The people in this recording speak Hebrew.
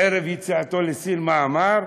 ערב יציאתו לסין, מה אמר?